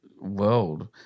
world